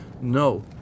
No